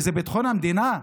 זה ביטחון המדינה?